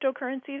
cryptocurrencies